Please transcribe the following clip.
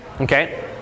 Okay